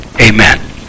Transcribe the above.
Amen